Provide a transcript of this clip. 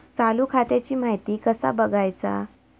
चालू खात्याची माहिती कसा बगायचा?